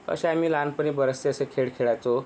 असे आम्ही लहानपणी बरेचसे असे खेळ खेळायचो